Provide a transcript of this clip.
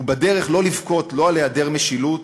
ובדרך לא לבכות על היעדר משילות,